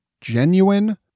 genuine